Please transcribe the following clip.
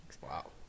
Wow